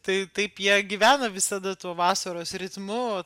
tai taip jie gyvena visada tuo vasaros ritmu